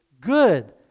good